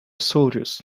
soldiers